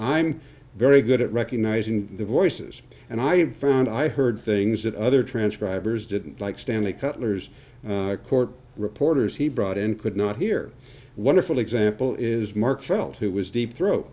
i'm very good at recognizing the voices and i have found i heard things that other transcribers didn't like stanley cutler's court reporters he brought in could not hear wonderful example is mark felt who was deep throat